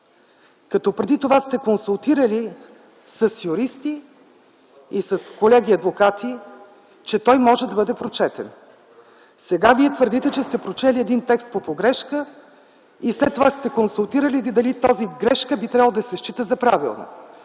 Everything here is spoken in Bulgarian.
като преди това сте се консултирали с юристи и с колеги адвокати, че той може да бъде прочетен. Сега Вие твърдите, че сте прочели един текст по погрешка и след това сте се консултирали, дали тази грешка би трябвало да се счита за правилна.